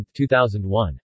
2001